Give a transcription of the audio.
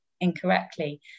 incorrectly